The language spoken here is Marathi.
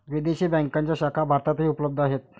विदेशी बँकांच्या शाखा भारतातही उपलब्ध आहेत